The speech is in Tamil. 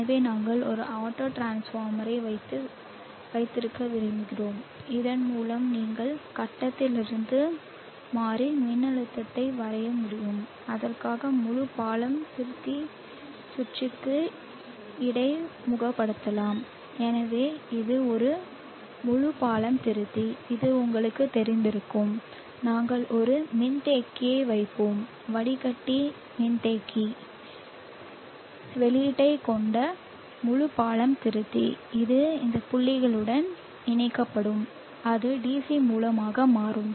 எனவே நாங்கள் ஒரு ஆட்டோ டிரான்ஸ்பார்மரை வைத்திருக்க விரும்புகிறோம் இதன்மூலம் நீங்கள் கட்டத்திலிருந்து மாறி மின்னழுத்தத்தை வரைய முடியும் அதற்காக முழு பாலம் திருத்தி சுற்றுக்கு இடைமுகப்படுத்தலாம் எனவே இது ஒரு முழு பாலம் திருத்தி இது உங்களுக்குத் தெரிந்திருக்கும் நாங்கள் ஒரு மின்தேக்கியை வைப்போம் வடிகட்டி மின்தேக்கி வடிகட்டி வெளியீட்டைக் கொண்ட முழு பாலம் திருத்தி இது இந்த புள்ளியுடன் இணைக்கப்படும் அது DC மூலமாக மாறும்